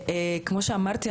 כמו שאמרתי,